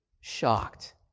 shocked